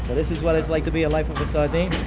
this is what it's like to be a life of a sardine.